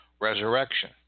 resurrection